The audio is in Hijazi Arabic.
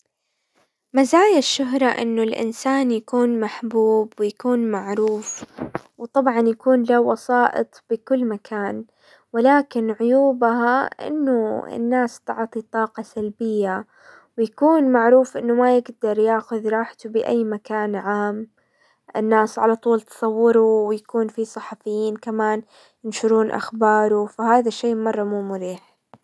مزايا الشهرة انه الانسان يكون محبوب ويكون معروف وطبعا يكون له وسائط بكل مكان، ولكن عيوبها انه الناس تعطي طاقة سلبية، ويكون معروف انه ما يقدر ياخذ راحته، اي مكان عام الناس على طول تصوره، ويكون في صحفيين كمان ينشرون اخباره، فهذا الشي مرة مو مريح.